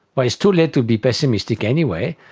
well, it's too late to be pessimistic anyway,